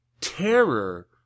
terror